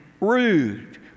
rude